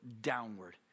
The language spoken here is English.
downward